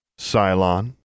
Cylon